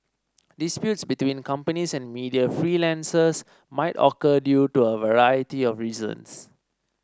disputes between companies and media freelancers might occur due to a variety of reasons